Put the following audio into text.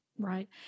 Right